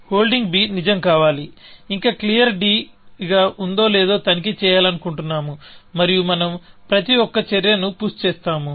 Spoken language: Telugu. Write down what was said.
హోల్డింగ్ b నిజం కావాలి ఇంకా క్లియర్ గా ఉందో లేదో తనిఖీ చేయాలనుకుంటున్నాము మరియు మనం ప్రతి ఒక్క చర్యను పుష్ చేస్తాము